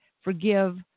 forgive